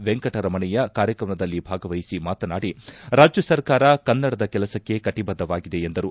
ವೆಂಕಟರಮಣಯ್ಯ ಕಾರ್ಯಕ್ರಮದಲ್ಲಿ ಭಾಗವಹಿಸಿ ಮಾತನಾಡಿ ರಾಜ್ಯಸರ್ಕಾರ ಕನ್ನಡದ ಕೆಲಸಕ್ಕೆ ಕಟಿಬದ್ದವಾಗಿದೆ ಎಂದರು